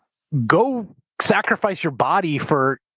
go sacrifice your body for